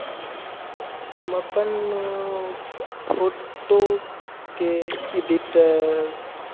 हम अपन फोटोकेँ एडिट